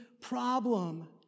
problem